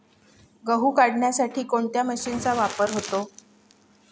गहू काढण्यासाठी कोणत्या मशीनचा वापर होतो?